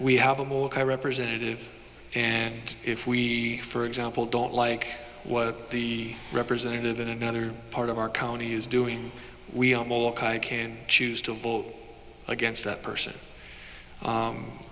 we have a representative and if we for example don't like what the representative in another part of our county use doing we came choose to vote against that person